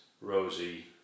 Rosie